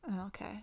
Okay